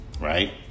right